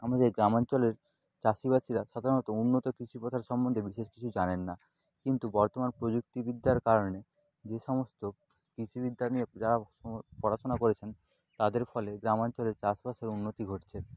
আমাদের গ্রামাঞ্চলের চাষিবাসিরা সাধারণত উন্নত কৃষি প্রথার সম্বন্ধে বিশেষ কিছু জানেন না কিন্তু বর্তমান প্রযুক্তি বিদ্যার কারণে যে সমস্ত কৃষি বিদ্যা নিয়ে যারা পড়াশুনা করেছেন তাদের ফলে গ্রামাঞ্চলে চাষবাসের উন্নতি ঘটছে